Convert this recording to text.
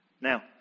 Now